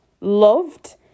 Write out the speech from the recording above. loved